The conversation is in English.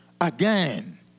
again